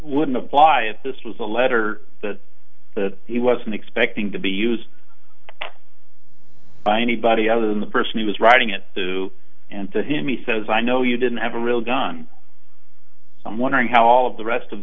wouldn't apply if this was a letter that he wasn't expecting to be used by anybody other than the person he was writing it to and so he says i know you didn't ever real gun so i'm wondering how all of the rest of